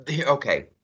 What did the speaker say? okay